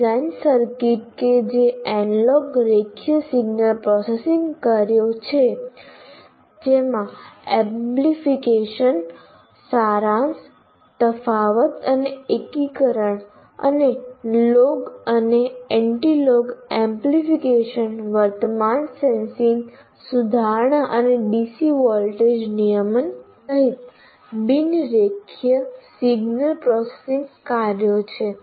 design circuit કે જે analog રેખીય સિગ્નલ પ્રોસેસિંગ કાર્યો કરે છે જેમાં એમ્પ્લીફિકેશન સારાંશ તફાવત અને એકીકરણ અને લોગ અને એન્ટિલોગ એમ્પ્લીફિકેશન વર્તમાન સેન્સિંગ સુધારણા અને ડીસી વોલ્ટેજ નિયમન સહિત બિન રેખીય સિગ્નલ પ્રોસેસિંગ કાર્યો છે